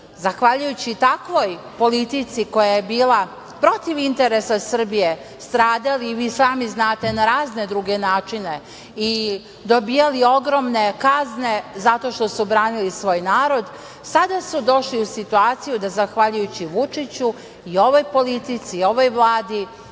zahvaljujući takvoj politici koja je bila protiv interesa Srbije stradali i vi sami znate na razne druge načine i dobijali ogromne kazne zato što su branili svoj narod sada su došli u situaciju da zahvaljujući Vučiću i ovoj politici i ovoj Vladi